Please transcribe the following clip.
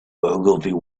ogilvy